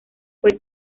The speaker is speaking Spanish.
fue